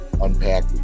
unpack